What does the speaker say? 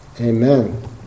Amen